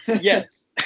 yes